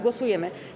Głosujemy.